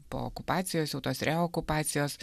po okupacijos jau tos reokupacijos